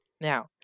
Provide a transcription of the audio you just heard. Now